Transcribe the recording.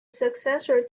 successor